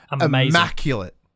immaculate